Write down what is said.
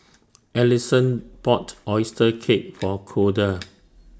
Allisson bought Oyster Cake For Koda